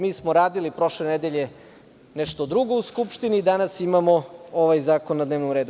Mi smo radili prošle nedelje nešto drugo u Skupštini, danas imamo ovaj zakon na dnevnom redu.